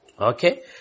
okay